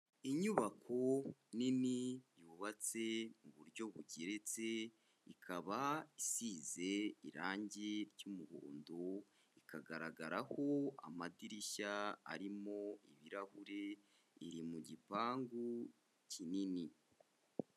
Inyubako nini yubatse mu buryo bugeretse, ikaba isize irange ry'umuhondo ikagaragaraho amadirishya arimo ibirahure, iri mu gipangu kinini.